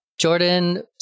Jordan